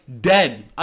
dead